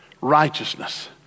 righteousness